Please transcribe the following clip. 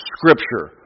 Scripture